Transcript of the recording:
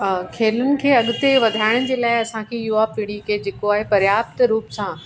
खेलनि खे अॻिते वधाइण जे लाइ असांखे इहो आहे फ़्री के जेको आहे पर्याप्त रुप सां